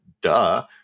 duh